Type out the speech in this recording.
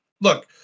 look